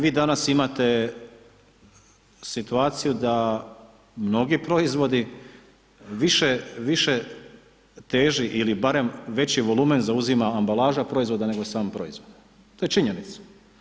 Vi danas imate situaciju da mnogi proizvodi više teži ili barem veći volumen zauzima ambalaža proizvoda nego sam proizvod, to je činjenica.